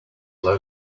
low